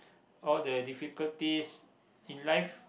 all the difficulties in life